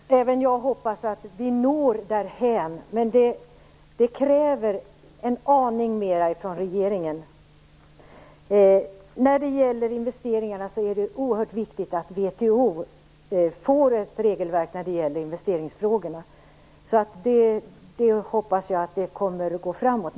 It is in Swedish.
Herr talman! Även jag hoppas att vi når därhän, men det kräver en aning mer från regeringen. När det gäller investeringarna är det oerhört viktigt att VHO får ett regelverk för investeringsfrågorna. Jag hoppas att det kommer att gå framåt.